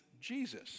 Jesus